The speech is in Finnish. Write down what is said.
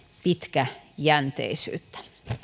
pitkäjänteisyyttä